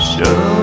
Show